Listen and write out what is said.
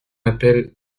appelle